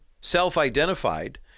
self-identified